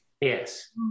Yes